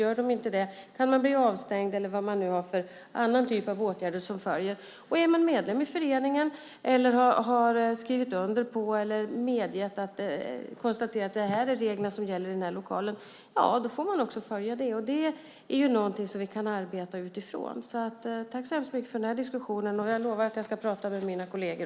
Gör man inte det kan man bli avstängd eller bli föremål för annan typ av åtgärder som följer. Om man är medlem i en förening eller har skrivit under ett papper eller om det konstaterats vilka regler som gäller i lokalen får man följa det. Det är någonting som vi kan arbeta utifrån. Jag tackar så mycket för den här diskussionen. Jag lovar att jag ska prata med mina kolleger.